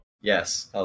Yes